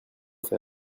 faire